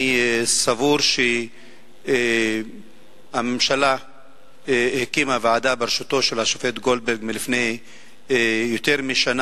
אני סבור שהממשלה הקימה ועדה בראשותו של השופט גולדברג לפני יותר משנה,